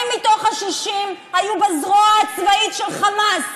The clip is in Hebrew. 40 מתוך ה-60 היו בזרוע הצבאית של חמאס.